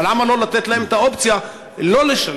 אבל למה לא לתת להם את האופציה לא לשלם?